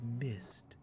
missed